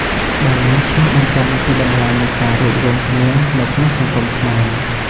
ដែលនេះឆ្លុះបញ្ចាំងពីតម្លៃនៃការរួបរួមគ្នានៅក្នុងសង្គមខ្មែរ។